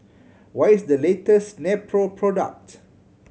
what is the latest Nepro product